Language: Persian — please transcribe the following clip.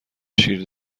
شیر